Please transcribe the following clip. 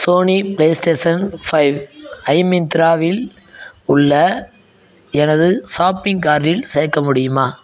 Sony PlayStation five ஐ மிந்த்ராவில் உள்ள எனது ஷாப்பிங் கார்ட்டில் சேர்க்க முடியுமா